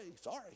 Sorry